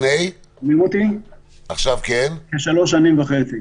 שנים וחצי.